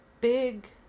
big